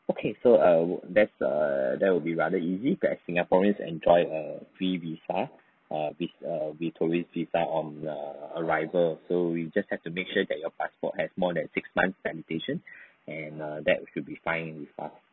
okay so err that's err that will be rather easy that singaporeans enjoy a free visa err with err with tourist visa on err arrival so you just have to make sure that your passport has more than six months validation and err that should be fine with us